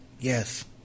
yes